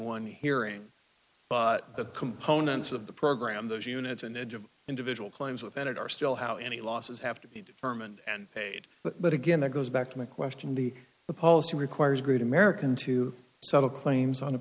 one hearing but the components of the program those units and the edge of individual claims within it are still how any losses have to be determined and paid but again that goes back to my question the the policy requires great american to settle claims on a